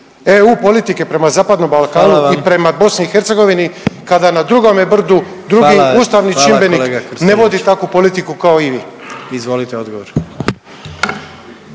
predsjednik: Hvala vam./… … i prema Bosni i Hercegovini kada na drugome brdu drugi ustavni čimbenik ne vodi takvu politiku kao i vi. **Jandroković,